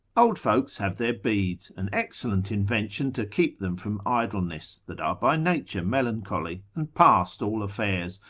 old folks have their beads an excellent invention to keep them from idleness, that are by nature melancholy, and past all affairs,